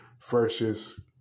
versus